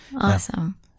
Awesome